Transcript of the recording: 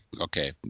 okay